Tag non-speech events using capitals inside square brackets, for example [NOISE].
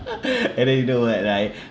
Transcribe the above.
[LAUGHS] and then you know what right